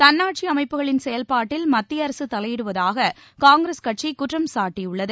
தள்ளாட்சிஅமைப்புகளின் செயல்பாட்டில் மத்தியஅரசுதலையிடுவதாககாங்கிரஸ் கட்சிகுற்றம் சாட்டியுள்ளது